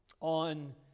on